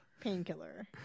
Painkiller